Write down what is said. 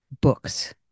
Books